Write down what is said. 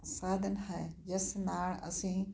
ਸਾਧਨ ਹੈ ਜਿਸ ਨਾਲ ਅਸੀਂ